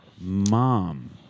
Mom